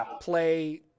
play